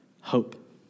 hope